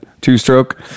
two-stroke